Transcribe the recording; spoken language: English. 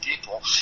people